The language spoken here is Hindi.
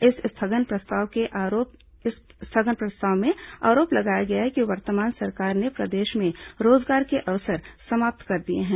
इस स्थगन प्रस्ताव में आरोप लगाया गया कि वर्तमान सरकार ने प्रदेश में रोजगार के अवसर समाप्त कर दिए हैं